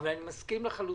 אבל אני מסכים לחלוטין,